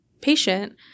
patient